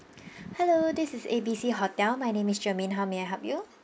hello this is A B C hotel my name is germaine how may I help you